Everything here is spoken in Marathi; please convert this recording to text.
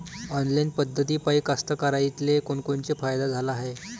ऑनलाईन पद्धतीपायी कास्तकाराइले कोनकोनचा फायदा झाला हाये?